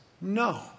no